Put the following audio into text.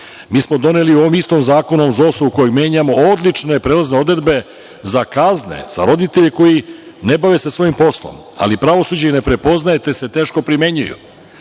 Mi smo doneli u ovom istom zakonu u ZOS, koji menjamo, odlične prelazne odredbe za kazne, za roditelje koji se ne bave svojim poslom, ali i pravosuđe ih ne prepoznaje, te se teško primenjuju. Mi